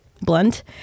blunt